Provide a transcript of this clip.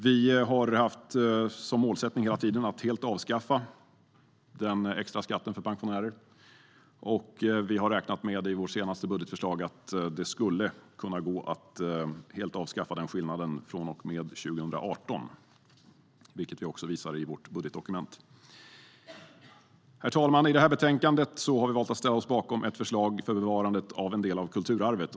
Vi har hela tiden haft som målsättning att helt avskaffa den extra skatten för pensionärer. Vi har i vårt senaste budgetförslag räknat med att det skulle gå att helt avskaffa den skillnaden från och med 2018, vilket vi också visar i vårt budgetdokument. Herr talman! I det här betänkandet har vi valt att ställa oss bakom ett förslag för bevarande av en del av kulturarvet.